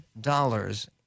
dollars